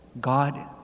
God